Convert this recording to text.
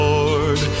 Lord